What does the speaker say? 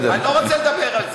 אני לא רוצה לדבר על זה,